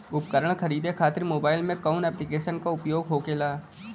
उपकरण खरीदे खाते मोबाइल में कौन ऐप्लिकेशन का उपयोग होखेला?